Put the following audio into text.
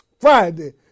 Friday